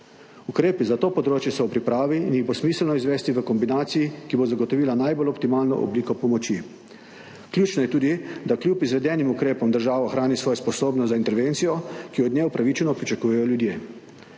Ukrepi za to področje so v pripravi in jih bo smiselno izvesti v kombinaciji, ki bo zagotovila najbolj optimalno obliko pomoči. Ključno je tudi, da kljub izvedenim ukrepom država ohrani svojo sposobnost za intervencijo, ki jo ljudje od nje upravičeno pričakujejo.